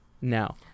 now